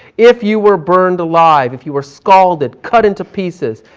if you were burned alive, if you were scalded, cut into pieces,